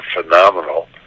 phenomenal